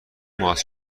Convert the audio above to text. ماچ